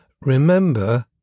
Remember